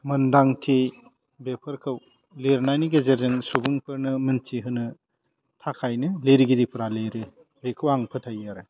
मोन्दांथि बेफोरखौ लिरनायनि गेजेरजों सुबुंफोरनो मोन्थिहोनो थाखायनो लिरगिरिफ्रा लिरो बेखौ आं फोथायो आरो